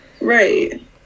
right